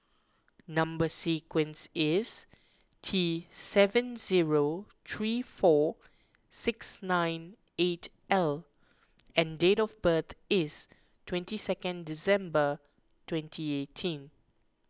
Number Sequence is T seven zero three four six nine eight L and date of birth is twenty second December twenty eighteen